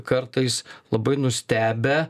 kartais labai nustebę